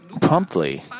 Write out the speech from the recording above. promptly